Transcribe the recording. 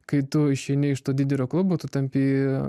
kai tu išeini iš to didelio klubo tu tampi